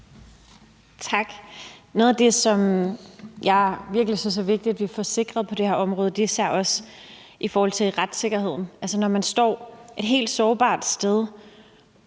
Tak. Noget af det, som jeg virkelig synes er vigtigt at vi får sikret på det her område, er især også retssikkerheden. Altså, når man står et helt sårbart sted